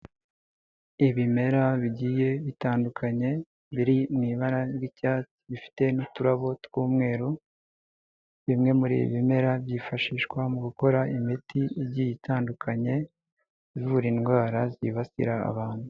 Ibimera bigiye bitandukanye biri mu ibara ry'icyatsi bifite n'uturabo tw'umweru bimwe muri ibi bimera byifashishwa mu gukora imiti igiye itandukanye, ivura indwara zibasira abantu.